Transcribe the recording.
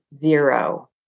zero